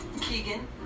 Keegan